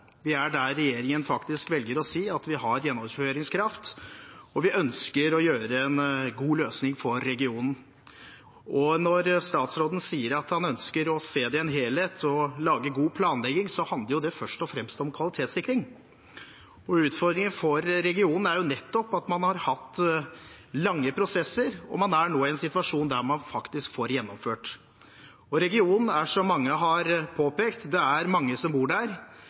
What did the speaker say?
Vi er der regjeringen faktisk velger å si at vi har gjennomføringskraft, og vi ønsker å få til en god løsning for regionen. Når statsråden sier at han ønsker å se det i en helhet og lage god planlegging, handler det først og fremst om kvalitetssikring. Utfordringen for regionen er nettopp at man har hatt lange prosesser, og man er nå i en situasjon der man faktisk får gjennomført. Det er, som mange har påpekt, mange som bor i regionen. Det er